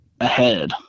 ahead